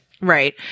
Right